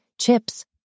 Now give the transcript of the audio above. chips